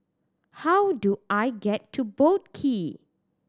how do I get to Boat Quay